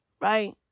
Right